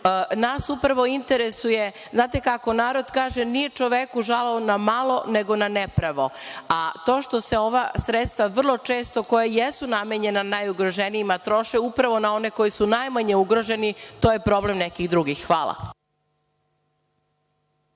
upravo interesuje, znate kako narod kaže – nije čoveku žao na malo, nego na nepravo, a to što se ova sredstva vrlo često, koja jesu namenjena najugroženijima, troše upravo na one koji su najmanje ugroženi, to je problem nekih drugih. Hvala.